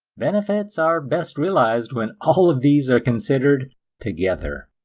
benefits are best realized when all of these are considered together.